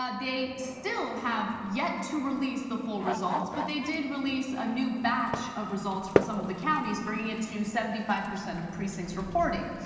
um they still have yet to release the full results, but they did release a new batch of results from some of the counties bringing it to seventy five percent of precincts reporting.